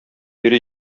йөри